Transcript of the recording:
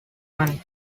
money